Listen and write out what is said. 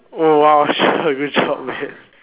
oh !wow! good job man